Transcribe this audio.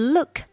Look